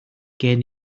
gen